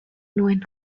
nuen